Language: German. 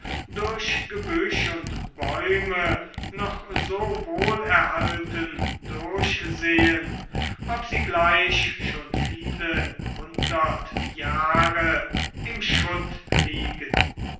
durch gebüsch und bäume noch so wohlerhalten durchsehen ob sie gleich schon viele hundert jahre im schutt liegt